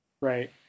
right